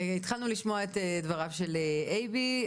התחלנו לשמוע את דבריו של אייבי,